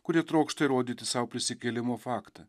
kurie trokšta įrodyti sau prisikėlimo faktą